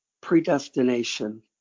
predestination